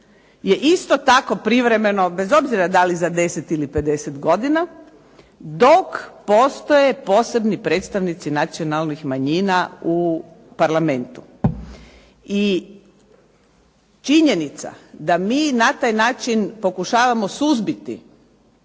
je isto tako privremeno bez obzira da li za 10 ili 50 godina, dok postoje posebni predstavnici nacionalnih manjina u Parlamentu. I činjenica da mi na taj način pokušavamo suzbiti